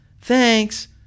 thanks